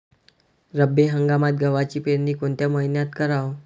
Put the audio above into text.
रब्बी हंगामात गव्हाची पेरनी कोनत्या मईन्यात कराव?